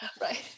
right